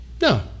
no